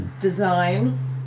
Design